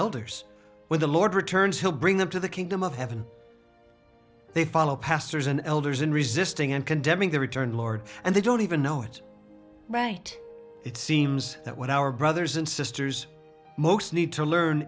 elders when the lord returns he'll bring them to the kingdom of heaven they follow pastors and elders in resisting and condemning the returned lord and they don't even know it right it seems that what our brothers and sisters most need to learn